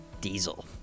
diesel